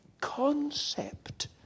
concept